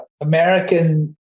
American